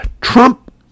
Trump